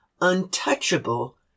untouchable